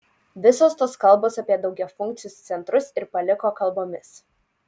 visos tos kalbos apie daugiafunkcius centrus ir paliko kalbomis